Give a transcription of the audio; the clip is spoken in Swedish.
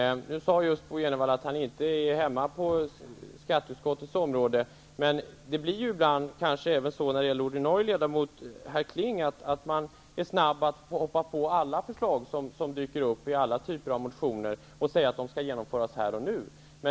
Bo G. Jenevall sade att han inte är hemma på skatteutskottets område. Det blir kanske så ibland även när det gäller ordinarie ledamot herr Kling, dvs. att man är snabb att hoppa på alla förslag som dyker upp i alla typer av motioner, och säger att de skall genomföras här och nu.